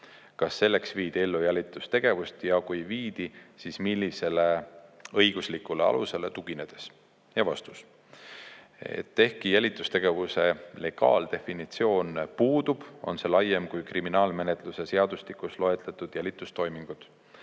Kas selleks viidi ellu jälitustegevust ja kui viidi, siis millisele õiguslikule alusele tuginedes?" Ja vastus: ehkki jälitustegevuse legaaldefinitsioon puudub, on see laiem kui kriminaalmenetluse seadustikus loetletud jälitustoimingud.